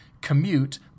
commute